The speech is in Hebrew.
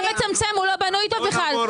לא בנוי טוב.